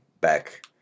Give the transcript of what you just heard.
back